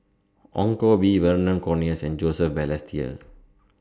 Ong Koh Bee Vernon Cornelius and Joseph Balestier